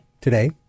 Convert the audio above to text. today